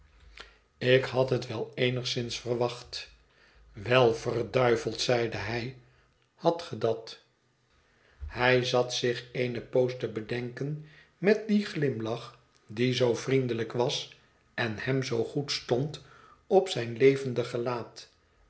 ik had hot wel jhet verlaten huis eenigszins verwacht wel verduiveld zeide hij hadt ge dat hij zat zich eene poos te bedenken met dien glimlach die zoo vriendelijk was ön hem zoo goed stond op zijn levendig gelaat